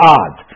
odd